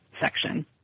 section